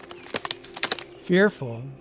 Fearful